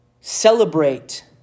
celebrate